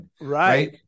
right